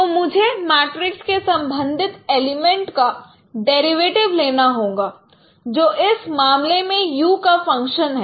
तो मुझे मैट्रिक्स के संबंधित एलिमेंट का डेरिवेटिव लेना होगा जो इस मामले में u का फंक्शन है